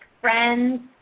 friends